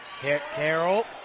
Carroll